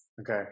Okay